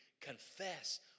confess